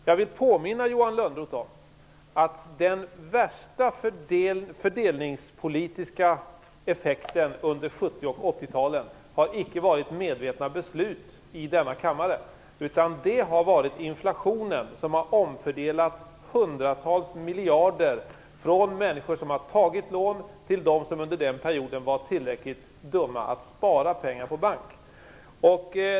Jag vill påminna Johan Lönnroth om att den värsta fördelningspolitiska effekten under 70 och 80-talen icke har varit medvetna beslut i denna kammare. Det har varit inflationen som har omfördelat hundratals miljarder från människor som har tagit lån till dem som under den perioden var tillräckligt dumma att spara pengar på bank.